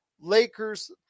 Lakers